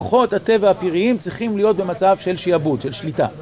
כוחות הטבע הפראיים צריכים להיות במצב של שעבוד, של שליטה